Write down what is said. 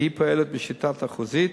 והיא פועלת בשיטה האחוזית.